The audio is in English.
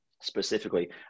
specifically